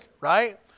right